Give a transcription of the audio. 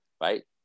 right